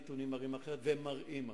והם מראים אחרת,